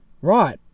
Right